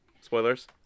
Spoilers